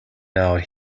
out